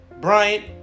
Bryant